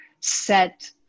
set